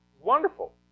Wonderful